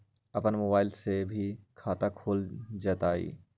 अपन मोबाइल से भी खाता खोल जताईं?